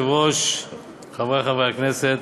חברי חברי הכנסת,